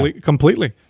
completely